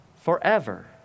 forever